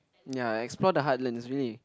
ya I explore the heartland is really